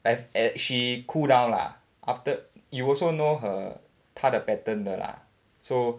like at she cooled down lah after you also know her 她的 pattern 的 lah so